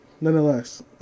Nonetheless